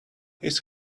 his